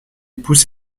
pousse